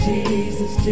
Jesus